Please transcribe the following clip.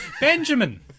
Benjamin